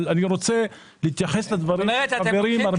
אבל אני רוצה להתייחס לדברים של החברים.